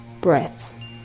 breath